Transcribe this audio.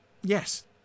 yes